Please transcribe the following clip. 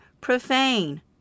profane